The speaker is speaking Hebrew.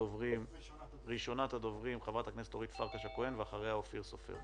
ראשונת הדוברים חברת הכנסת אורית פרקש הכהן ואחריה אופיר סופר.